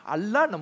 Allah